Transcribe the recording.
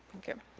thank you.